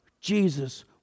Jesus